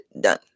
done